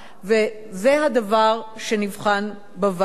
וזה הדבר שנבחן בוועדה.